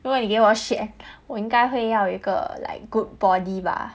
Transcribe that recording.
如果你给我选我应该会要一个 like good body 吧